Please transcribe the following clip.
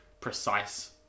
precise